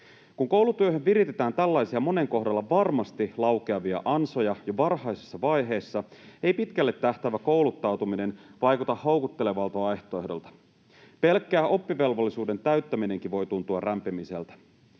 Kun koulutyöhön viritetään tällaisia monen kohdalla varmasti laukeavia ansoja jo varhaisessa vaiheessa, ei pitkälle tähtäävä kouluttautuminen vaikuta houkuttelevalta vaihtoehdolta. Pelkkä oppivelvollisuuden täyttäminenkin voi tuntua rämpimiseltä.